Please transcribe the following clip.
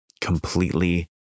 completely